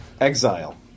Exile